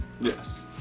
Yes